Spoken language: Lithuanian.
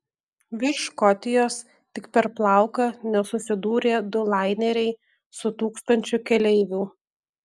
virš škotijos tik per plauką nesusidūrė du laineriai su tūkstančiu keleivių